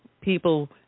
people